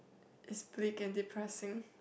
is pretty and depressing